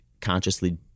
consciously